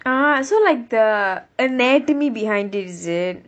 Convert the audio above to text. ah so like the anatomy behind is it